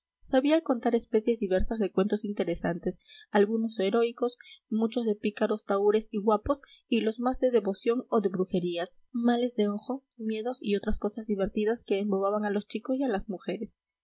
sabía contar especies diversas de cuentos interesantes algunos heroicos muchos de pícaros tahúres y guapos y los más de devoción o de brujerías males de ojo miedos y otras cosas divertidas que embobaban a los chicos y a las mujeres